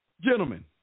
Gentlemen